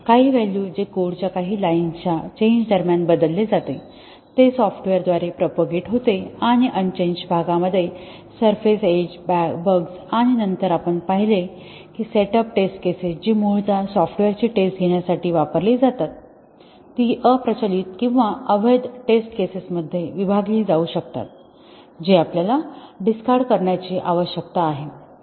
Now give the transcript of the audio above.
काही व्हॅल्यू जे कोडच्या काही लाईन्सच्या चेंज दरम्यान बदलले जाते ते सॉफ्टवेअर द्वारे प्रोपॅगेट होते आणि अनचेंज्ड भागामध्ये सरफेस एज बग्स आणि नंतर आपण पाहिले की सेटअप टेस्ट केसेस जी मूळत सॉफ्टवेअरची टेस्ट घेण्यासाठी वापरली जातात ती अप्रचलित किंवा अवैध टेस्ट केसेसमध्ये विभागली जाऊ शकतात जी आपल्याला डिसकार्ड करण्याची आवश्यकता आहे